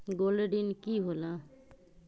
Gold ऋण की होला?